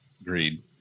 Agreed